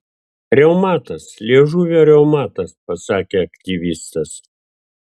reumatas liežuvio reumatas pasakė aktyvistas